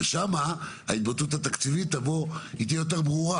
שם ההתבטאות התקציבית תהיה ברורה יותר